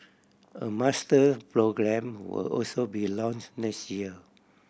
a master programme will also be launch next year